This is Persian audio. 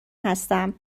هستم